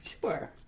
Sure